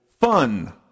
Fun